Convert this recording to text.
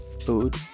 food